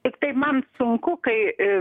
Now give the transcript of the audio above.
tiktai man sunku kai